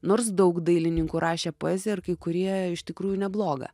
nors daug dailininkų rašė poeziją ir kai kurie iš tikrųjų nebloga